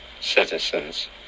citizens